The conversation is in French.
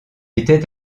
était